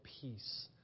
peace